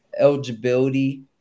eligibility